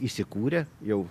įsikūrė jau